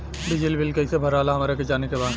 बिजली बिल कईसे भराला हमरा के जाने के बा?